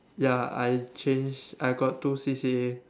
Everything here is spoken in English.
ya I change I got two C_C_A